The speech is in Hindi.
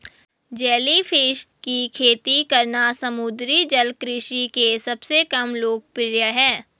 जेलीफिश की खेती करना समुद्री जल कृषि के सबसे कम लोकप्रिय है